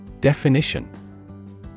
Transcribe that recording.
Definition